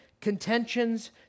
contentions